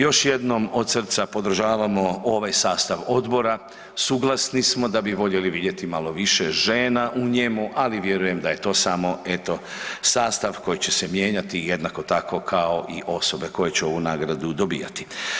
Još jednom od srca podržavamo ovaj sastav odbora, suglasni smo da bi voljeli vidjeti malo više žena u njemu ali vjerujem da je to samo eto, sastav koji će mijenjati jednako tako kao i osobe koje će ovu nagradu dobivati.